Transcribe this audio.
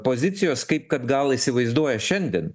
pozicijos kaip kad gal įsivaizduoja šiandien